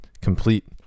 complete